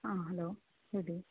ಹಾಂ ಹಲೋ ಹೇಳಿರಿ